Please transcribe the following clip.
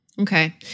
Okay